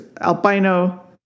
albino